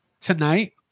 tonight